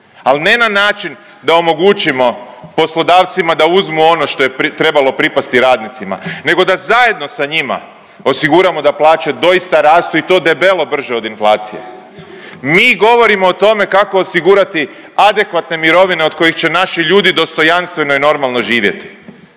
ali ne na način da omogućimo poslodavcima da uzmu ono što je trebalo pripasti radnicima, nego da zajedno sa njima osiguramo da plaće doista rastu i to debelo brže od inflacije. Mi govorimo o tome kako osigurati adekvatne mirovine od kojih će naši ljudi dostojanstveno i normalno živjeti,